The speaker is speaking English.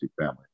family